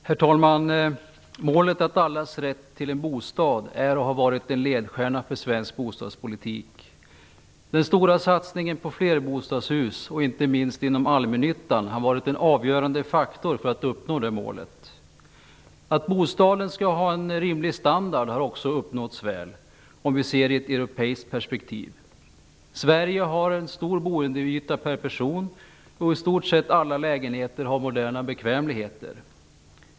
Herr talman! Allas rätt till en bostad är och har varit en ledstjärna för svensk bostadspolitik. Den stora satsningen på flerbostadshus, inte minst inom allmännyttan, har varit en avgörade faktor för att uppnå det målet. Målet att bostaden skall ha en rimlig standard har också uppnåtts väl, om vi ser det i ett europeiskt perspektiv. I Sverige har vi en stor boendeyta per person, och i stort sett alla lägenheter har moderna bekvämligheter.